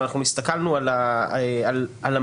אנחנו הסתכלנו על הממוצע